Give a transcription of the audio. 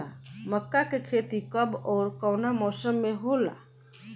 मका के खेती कब ओर कवना मौसम में होला?